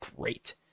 great